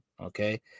Okay